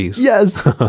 Yes